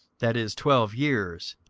that is, twelve years,